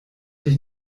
dich